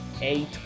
eight